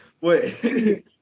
Wait